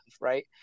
right